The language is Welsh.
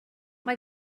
mae